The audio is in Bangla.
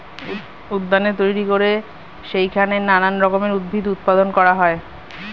উদ্যানে তৈরি করে সেইখানে নানান রকমের উদ্ভিদ উৎপাদন করা হয়